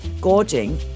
gorging